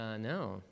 No